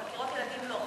בחקירות ילדים לא.